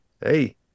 hey